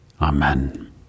Amen